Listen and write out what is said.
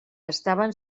estaven